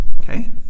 okay